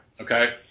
Okay